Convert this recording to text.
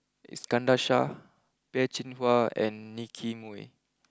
Iskandar Shah Peh Chin Hua and Nicky Moey